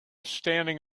standing